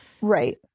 Right